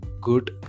good